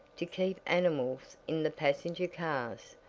to keep animals in the passenger cars,